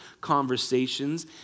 conversations